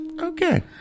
Okay